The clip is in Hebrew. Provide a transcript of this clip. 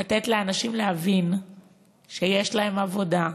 לתת לאנשים להבין שיש להם עבודה.